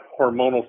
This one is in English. hormonal